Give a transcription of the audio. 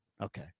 Okay